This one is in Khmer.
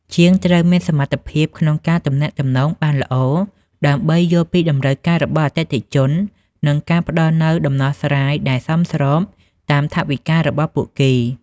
ជាងត្រូវមានសមត្ថភាពក្នុងការទំនាក់ទំនងបានល្អ ដើម្បីយល់ពីតម្រូវការរបស់អតិថិជន និងការផ្តល់នូវដំណោះស្រាយដែលសមស្របតាមថវិការបស់ពួកគេ។